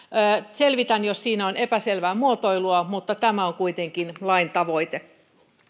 selvitän jos siinä on epäselvää muotoilua mutta tämä on kuitenkin lain tavoite